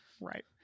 right